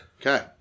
Okay